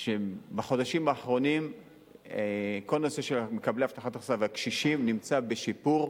שבחודשים האחרונים כל הנושא של מקבלי הבטחת הכנסה והקשישים נמצא בשיפור.